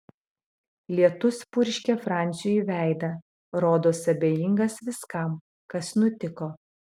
lietus purškė franciui į veidą rodos abejingas viskam kas nutiko